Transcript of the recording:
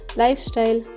lifestyle